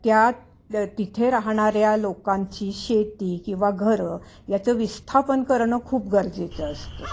त्या त तिथे राहणाऱ्या लोकांची शेती किंवा घरं याचं विस्थापन करणं खूप गरजेचं असतं